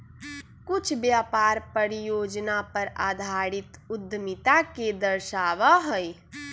कुछ व्यापार परियोजना पर आधारित उद्यमिता के दर्शावा हई